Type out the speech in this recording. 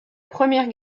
première